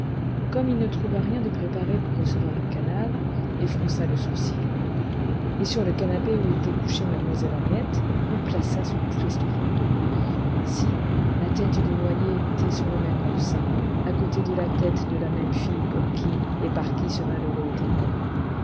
comme il ne trouva rien de préparé pour recevoir le cadavre il fronça le sourcil et sur le canapé où était couchée mademoiselle henriette il plaça son triste fardeau ainsi la tête du noyé était sur le même coussin à côté de la tête de la même fille pour qui et par qui ce malheureux était mort